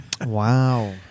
Wow